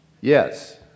Yes